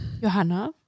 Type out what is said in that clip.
Johanna